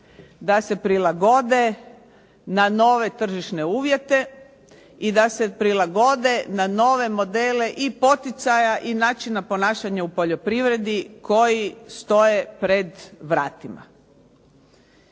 da se prilagode na nove tržišne uvjete i da se prilagode na nove modele i poticaja i načina ponašanja u poljoprivredi koji stoje pred vratima.